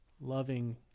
loving